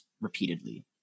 repeatedly